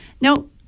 no